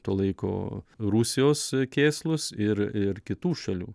to laiko rusijos kėslus ir ir kitų šalių